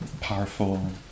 powerful